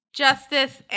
justice